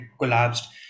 collapsed